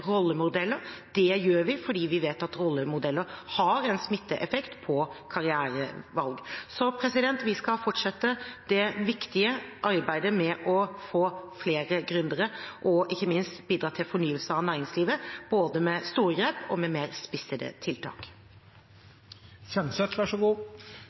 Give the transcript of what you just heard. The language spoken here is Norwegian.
rollemodeller. Det gjør vi fordi vi vet at rollemodeller har en smitteeffekt på karrierevalg. Vi skal fortsette det viktige arbeidet med å få flere gründere og ikke minst bidra til fornyelse av næringslivet, både med store grep og med mer spissede